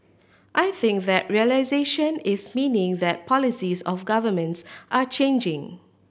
I think that realisation is meaning that policies of governments are changing